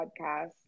podcast